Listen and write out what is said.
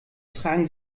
tragen